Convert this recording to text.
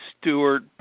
Stewart